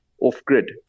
off-grid